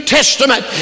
Testament